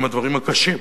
הם הדברים הקשים.